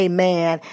Amen